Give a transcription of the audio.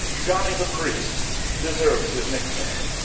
johnny-the-priest deserves his nickname.